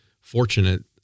fortunate